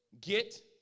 get